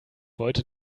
wollte